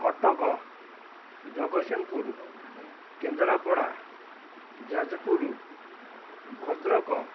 କଟକ ଜଗତସିଂହପୁର କେନ୍ଦ୍ରାପଡ଼ା ଯାଜପୁରୁ ଭଦ୍ରକ